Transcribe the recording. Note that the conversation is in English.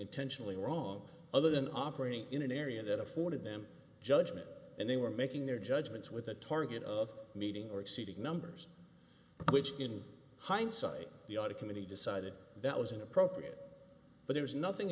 intentionally wrong other than operating in an area that afforded them judgment and they were making their judgments with a target of meeting or exceeding numbers which in hindsight the audit committee decided that was inappropriate but there is nothing